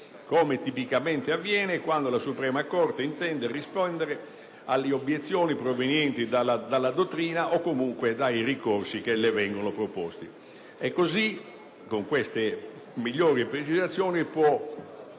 come tipicamente avviene quando la Suprema corte intende rispondere alle obiezioni provenienti dalla dottrina o comunque dai ricorsi che le vengono proposti. Con queste migliori precisazioni può